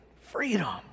Freedom